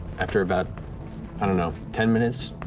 after about i don't know, ten minutes,